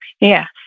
Yes